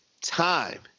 time